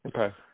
Okay